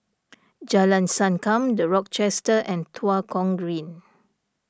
Jalan Sankam the Rochester and Tua Kong Green